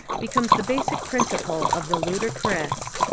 becomes the basic prin ciple of the ludicrous.